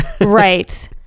Right